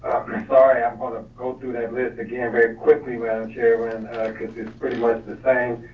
sorry, i'm gonna go through that list again very quickly madam chair and cause it's pretty much the same.